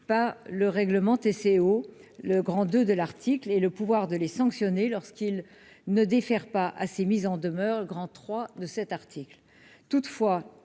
par le règlement TCO le grand de de l'article et le pouvoir de les sanctionner lorsqu'il ne défère pas assez mises en demeure, grand trois de cet article, toutefois,